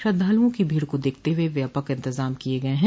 श्रद्वालुओं की भीड़ को देखते हुए व्यापक इंतजाम किये हैं